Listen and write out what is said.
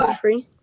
free